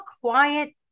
quiet